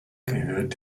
gehört